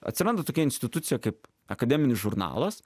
atsiranda tokia institucija kaip akademinis žurnalas